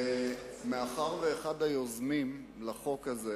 מאחר שאחד היוזמים של חוק הזה